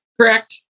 Correct